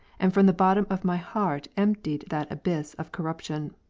and from the bottom of my heart emptied that abyss of corruption.